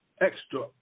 extra